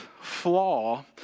flaw